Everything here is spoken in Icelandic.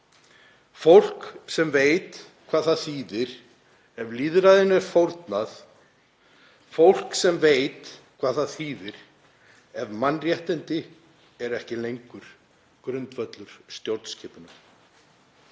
fólk sem veit hvað það þýðir ef lýðræðinu er fórnað, fólk sem veit hvað það þýðir ef mannréttindi eru ekki lengur grundvöllur stjórnskipunar.